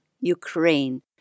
Ukraine